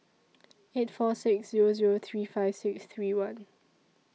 eight four six Zero Zero three five six three one